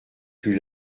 fut